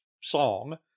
song